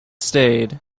stayed